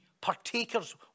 partakers